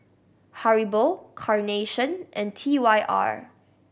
Haribo Carnation and T Y R